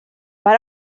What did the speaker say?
per